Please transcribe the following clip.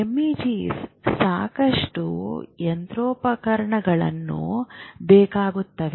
ಎಂಇಜಿಗಳಿಗೆ ಸಾಕಷ್ಟು ಯಂತ್ರೋಪಕರಣಗಳು ಬೇಕಾಗುತ್ತವೆ